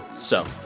so.